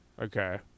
Okay